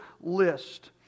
list